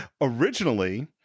originally